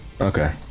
Okay